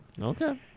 Okay